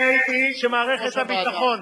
אני הייתי כשמערכת הביטחון,